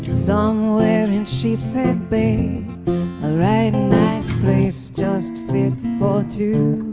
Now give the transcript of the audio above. somewhere in sheepshead bay a right nice place, just fit for two